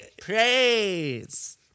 Praise